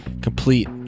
complete